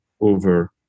over